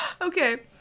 Okay